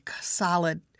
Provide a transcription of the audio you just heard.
solid